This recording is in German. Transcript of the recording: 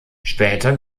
später